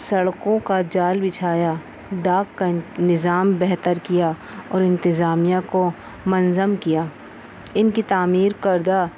سڑکوں کا جال بچھایا ڈاک کا نظام بہتر کیا اور انتظامیہ کو منظم کیا ان کی تعمیر کردہ